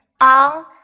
on